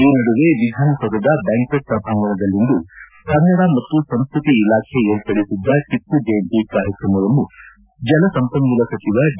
ಈ ನಡುವೆ ವಿಧಾನಸೌಧದ ಬ್ಯಾಂಕ್ಷೆಟ್ ಸಭಾಂಗಣದಲ್ಲಿಂದು ಕನ್ನಡ ಮತ್ತು ಸಂಸ್ಕೃತಿ ಇಲಾಖೆ ಏರ್ಪಡಿಸಿದ್ದ ಟಿಮ್ನ ಜಯಂತಿ ಕಾರ್ಯಕ್ರಮವನ್ನು ಜಲಸಂಪನ್ನೂಲ ಸಚಿವ ಡಿ